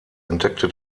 entdeckte